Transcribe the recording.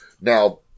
now